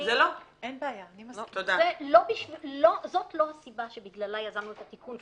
זאת לא הסיבה שבגללה יזמנו את התיקון,